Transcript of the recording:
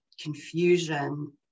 confusion